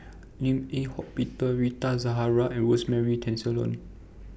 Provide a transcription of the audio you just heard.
Lim Eng Hock Peter Rita Zahara and Rosemary Tessensohn